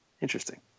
interesting